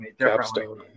Capstone